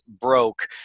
broke